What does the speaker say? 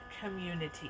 community